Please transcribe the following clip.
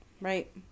right